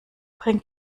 bring